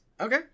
Okay